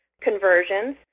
conversions